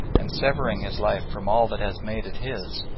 and severing his life from all that has made it his,